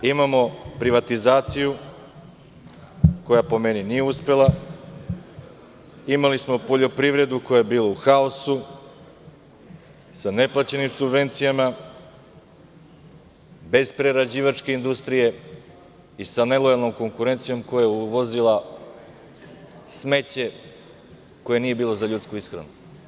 Imamo privatizaciju koja po meni nije uspela, imali smo poljoprivredu koja je bila u haosu, sa neplaćenim subvencijama, bez prerađivačke industrije i sa nelojalnom konkurencijom koja je uvozila smeće koje nije bilo za ljudsku ishranu.